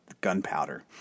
gunpowder